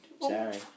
Sorry